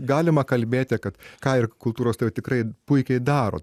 galima kalbėti kad ką ir kultūros tai jau tikrai puikiai daro